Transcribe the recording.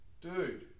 Dude